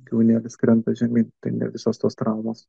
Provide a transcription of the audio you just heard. gyvūnėlis krenta žemyn tai ne visos tos traumos